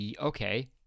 okay